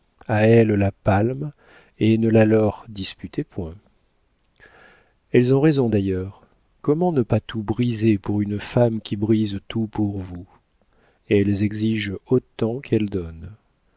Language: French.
à elles la palme et ne la leur disputez point elles ont raison d'ailleurs comment ne pas tout briser pour une femme qui brise tout pour vous elles exigent autant qu'elles donnent